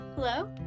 hello